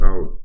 out